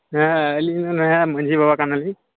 ᱦᱮᱸ ᱤᱧ ᱢᱟᱺᱡᱷᱤ ᱵᱟᱵᱟ ᱠᱟᱱᱟᱞᱤᱧ